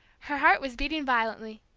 her heart was beating violently.